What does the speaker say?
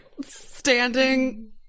standing